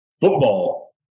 football